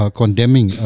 condemning